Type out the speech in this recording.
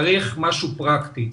צריך משהו פרקטי.